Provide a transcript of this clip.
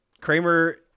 Kramer